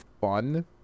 fun